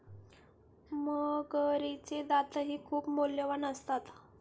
मगरीचे दातही खूप मौल्यवान असतात